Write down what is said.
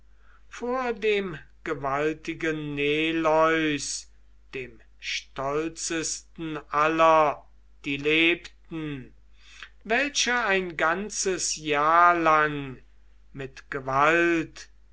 vor dem gewaltigen neleus dem stolzesten aller die lebten welcher ein ganzes jahr mit gewalt